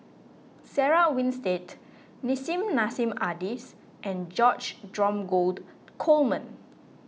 Sarah Winstedt Nissim Nassim Adis and George Dromgold Coleman